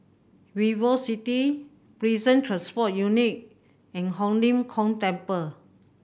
VivoCity Prison Transport Unit and Ho Lim Kong Temple